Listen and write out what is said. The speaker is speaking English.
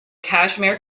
kashmir